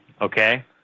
Okay